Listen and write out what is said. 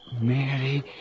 Mary